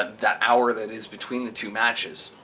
that hour that is between the two matches,